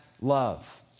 love